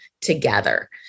together